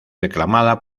reclamada